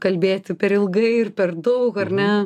kalbėti per ilgai ir per daug ar ne